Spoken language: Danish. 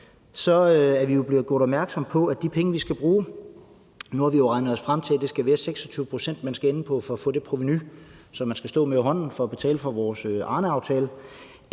er vi jo blevet gjort opmærksomme på en ting omkring de penge, vi skal bruge. Nu har vi jo regnet os frem til, at det skal være 26 pct., man skal ende på, for at få det provenu, som man skal stå med i hånden for at betale for vores aftale.